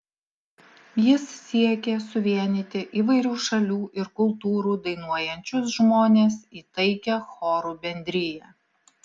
jis siekė suvienyti įvairių šalių ir kultūrų dainuojančius žmones į taikią chorų bendriją